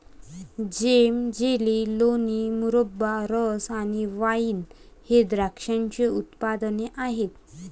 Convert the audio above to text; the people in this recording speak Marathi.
जेम, जेली, लोणी, मुरब्बा, रस आणि वाइन हे द्राक्षाचे उत्पादने आहेत